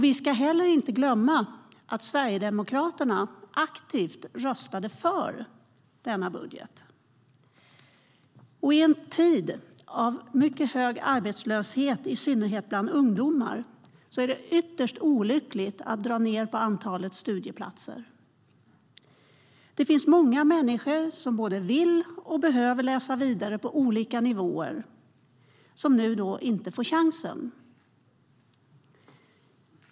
Vi ska heller inte glömma att Sverigedemokraterna aktivt röstade för denna budget. I en tid av mycket hög arbetslöshet, i synnerhet bland ungdomar, är det ytterst olyckligt att dra ned på antalet studieplatser. Det finns många människor som både vill och behöver läsa vidare på olika nivåer men som nu inte får chansen.